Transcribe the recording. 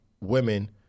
women